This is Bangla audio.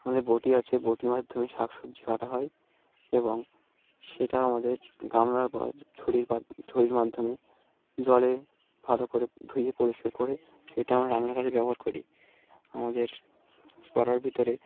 আমাদের বটি আছে বটির মাধ্যমে শাক সবজি কাটা হয় এবং সেটাও আমাদের গামলার বা ঝুড়ির ঝুড়ির মাধ্যমে জলে ভালো করে ধুয়ে পরিষ্কার করে সেটা আমরা রান্নার কাজে ব্যবহার করি আমাদের পাড়ার ভিতরে